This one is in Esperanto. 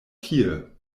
tie